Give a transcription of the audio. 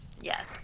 Yes